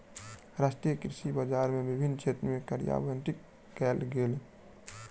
राष्ट्रीय कृषि बजार के विभिन्न क्षेत्र में कार्यान्वित कयल गेल